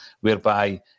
whereby